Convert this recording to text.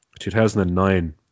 2009